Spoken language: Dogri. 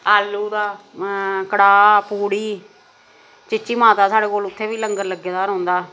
आलू दा कड़ाह् पूड़ी चीची माता साढे़ कोल उ'त्थें बी लंगर लग्गे दा रौह्ंदा